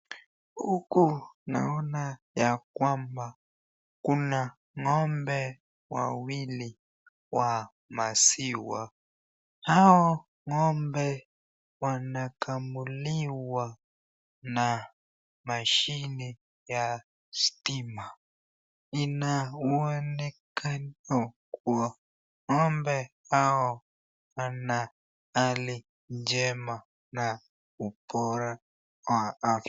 Huku naona ya kwamba kuna ng'ombe wawili wa maziwa hao ng'ombe wanakamuliwa na mashine ya stima ,inaonekana kuwa ng'ombe hao wanahali njema na ubora wa afya.